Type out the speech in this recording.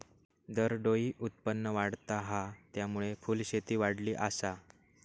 दरडोई उत्पन्न वाढता हा, त्यामुळे फुलशेती वाढली आसा